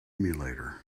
emulator